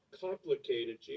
complicated